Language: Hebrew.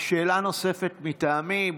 שאלה נוספת מטעמי.